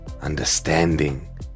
understanding